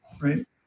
right